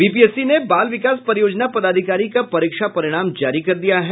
BPSC ने बाल विकास परियोजना पदाधिकारी का परीक्षा परिणाम जारी कर दिया है